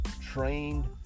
trained